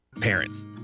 Parents